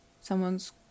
someone's